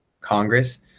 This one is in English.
congress